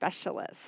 specialist